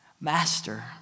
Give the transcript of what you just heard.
master